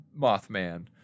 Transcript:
Mothman